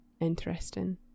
Interesting